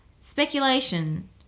speculation